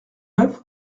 neuf